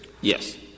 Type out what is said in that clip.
Yes